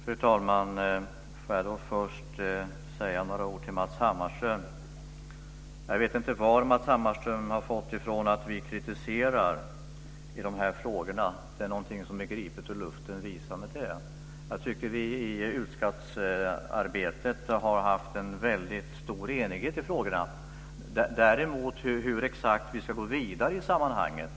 Fru talman! Låt mig först säga några ord till Matz Hammarström. Jag vet inte varifrån Matz Hammarström har fått det att vi kritiserar er i de här frågorna. Det är någonting som är gripet ur luften. Visa mig det! Jag tycker att vi har haft en väldigt stor enighet i frågorna i utskottsarbetet. Däremot har det diskuterats hur vi exakt ska gå vidare i sammanhanget.